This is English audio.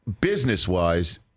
business-wise